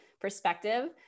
perspective